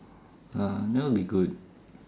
ah now we good